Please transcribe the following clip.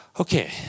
Okay